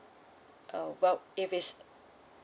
oh well if it's